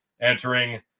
entering